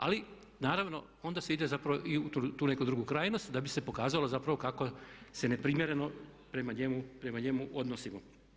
Ali naravno onda se ide zapravo i u tu neku drugu krajnost da bi se pokazalo zapravo kako se neprimjereno prema njemu odnosimo.